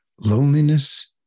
loneliness